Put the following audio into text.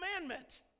commandment